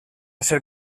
ser